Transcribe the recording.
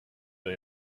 but